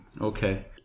Okay